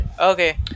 Okay